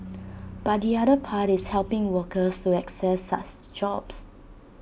but the other part is helping workers to access jobs